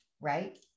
right